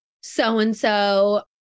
so-and-so